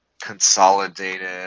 consolidated